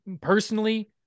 personally